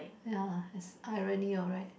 yeah as I really alright